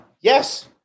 Yes